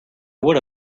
would